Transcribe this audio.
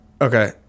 Okay